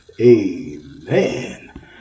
amen